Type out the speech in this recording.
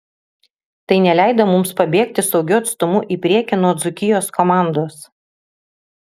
tai neleido mums pabėgti saugiu atstumu į priekį nuo dzūkijos komandos